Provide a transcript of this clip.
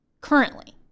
currently